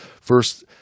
first-